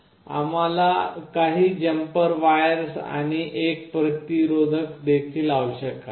आम्हाला काही jumper wires आणि एक प्रतिरोधक देखील आवश्यक आहे